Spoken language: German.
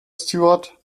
steward